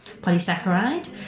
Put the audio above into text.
polysaccharide